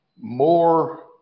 more